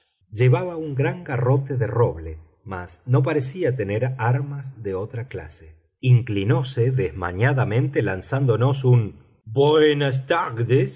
llevaba un gran garrote de roble mas no parecía tener armas de otra clase inclinóse desmañadamente lanzándonos un buenas tardes